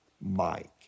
Mike